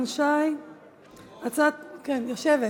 היושב-ראש,